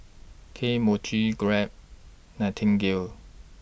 Kane Mochi Grab Nightingale